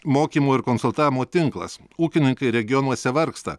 mokymo ir konsultavimo tinklas ūkininkai regionuose vargsta